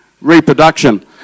reproduction